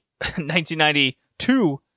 1992